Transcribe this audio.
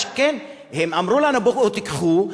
אמרו לנו: בואו תיקחו,